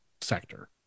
sector